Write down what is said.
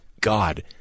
God